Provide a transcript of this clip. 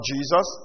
Jesus